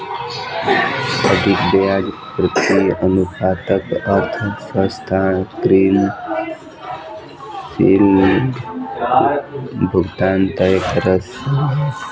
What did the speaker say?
अधिक ब्याज व्याप्ति अनुपातक अर्थ संस्थान ऋण शीग्र भुगतान कय सकैछ